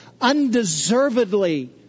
undeservedly